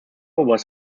was